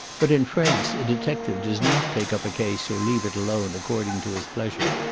but in france a detective does not take up a case or leave it alone according to his pleasure.